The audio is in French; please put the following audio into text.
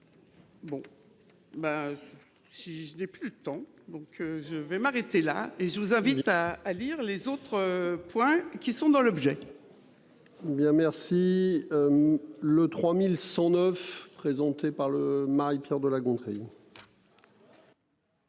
Si ce n'est plus le temps donc je vais m'arrêter là et je vous invite à à lire les autres points qui sont dans l'objet. Ou bien, merci. Le 3109 présenté par le Marie-. Pierre de La Gontrie.